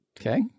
Okay